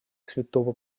святого